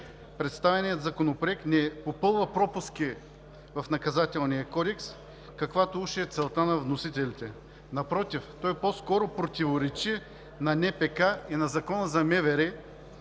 Представеният законопроект не попълва пропуски в Наказателния кодекс – каквато уж е целта на вносителите, а напротив, по-скоро противоречи на НПК и на Закона за МВР,